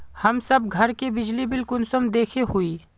हम आप घर के बिजली बिल कुंसम देखे हुई?